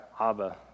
Abba